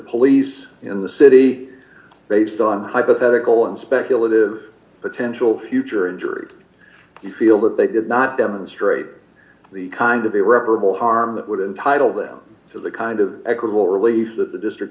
police in the city based d on hypothetical and speculative d potential future injury you feel that they did not demonstrate the kind of irreparable harm that would entitle them to the kind of equitable relief that the district